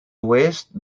oest